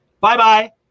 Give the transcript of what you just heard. Bye-bye